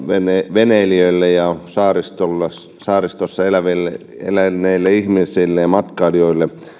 veneilijöille ja saaristossa eläville ihmisille ja matkailijoille